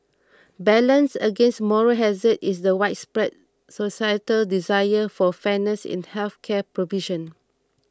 balanced against moral hazard is the widespread societal desire for fairness in health care provision